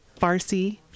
Farsi